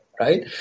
right